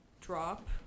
drop